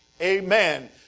Amen